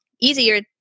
easier